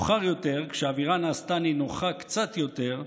רק מאוחר יותר, כשהאווירה נעשתה נינוחה קצת יותר,